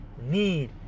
need